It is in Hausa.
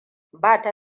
bata